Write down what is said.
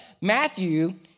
Matthew